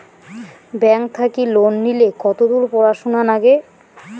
Bank থাকি loan নিলে কতদূর পড়াশুনা নাগে?